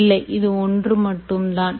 இல்லை இது ஒன்று மட்டும் தான்